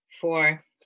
Four